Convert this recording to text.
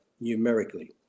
numerically